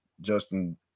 Justin